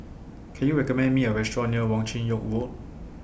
Can YOU recommend Me A Restaurant near Wong Chin Yoke Walk